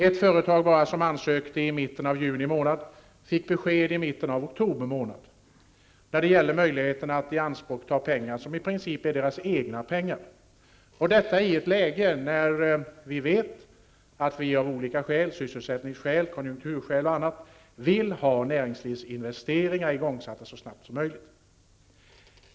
Ett företag som ansökte i mitten av juli månad fick besked i mitten av oktober månad när det gällde möjligheten att ianspråkta pengar som i princip är deras egna pengar, detta i ett läge då vi vet att vi av sysselsättnings-, konjunktur och andra skäl vill ha näringslivsinvesteringar igångsatta så snart som möjligt.